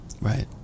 Right